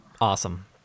Awesome